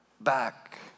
back